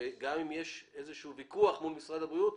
וגם אם יש איזשהו ויכוח מול משרד הבריאות,